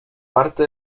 parte